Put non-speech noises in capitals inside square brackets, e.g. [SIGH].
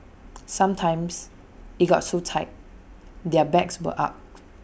[NOISE] sometimes IT got so tight their backs were arched